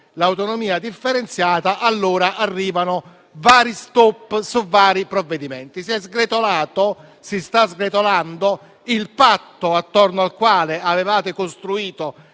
l'autonomia differenziata e sono arrivati *stop* su vari provvedimenti. Si sta sgretolando il patto attorno al quale avevate costruito